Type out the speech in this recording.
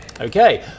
Okay